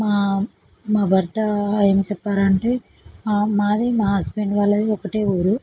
మా మా భర్త ఏం చెప్పారంటే మాది మా హస్బెండ్ వాళ్ళది ఒకటే ఊరు